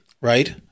right